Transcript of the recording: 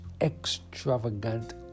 extravagant